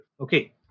Okay